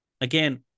again